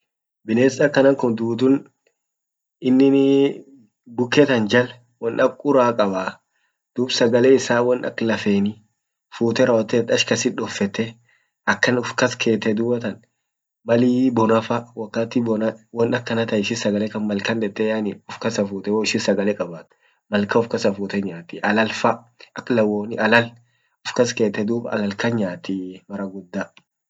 Bines akana kun tutun ininii buke ten jal won ak ura qabaa dub sagale isa won ak lafeni fute rawotet ach kasit doffete akan ufkaskete dubatan mali bonafa wakati bona won akana tan ishi sagale kan malkan dete yani ufkasa fute hoishin sagale qabat malkan ufkasa fute nyati alalfa ak lawoni alal ufkasa kete dub alal kan nayatii mara guda.